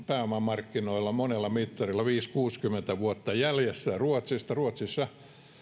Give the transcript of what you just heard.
pääomamarkkinoilla monella mittarilla varmaan viisikymmentä viiva kuusikymmentä vuotta jäljessä ruotsista ruotsissa